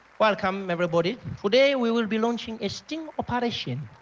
welcome everybody, today we will be launching a sting operation.